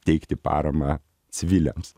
teikti paramą civiliams